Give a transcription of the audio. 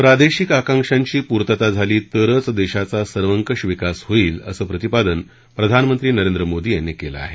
प्रादेशिक आकांक्षांची पूर्तता झाली तरच देशाचा सर्वकष विकास होईल असं प्रतिपादन प्रधानमंत्री नरेंद्र मोदी यांनी केलं आहे